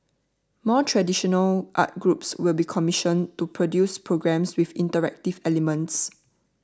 more traditional arts groups will be commissioned to produce programmes with interactive elements